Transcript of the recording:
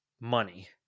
money